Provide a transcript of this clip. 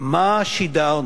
מה שידרנו,